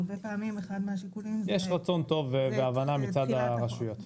יש רצון טוב והבנה מצד הרשויות.